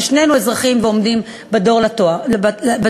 ושנינו אזרחים ועומדים בתור בדואר,